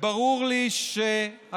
וברור לי שהיום,